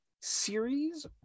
series